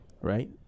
right